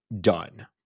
done